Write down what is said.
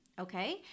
okay